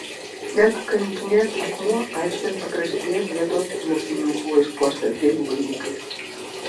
net kankinės akmuo aikštės pakraštyje vietos mokinių buvo išpuoštas gėlių vainikais